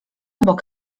bok